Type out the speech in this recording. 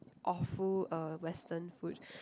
awful uh Western food